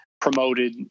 promoted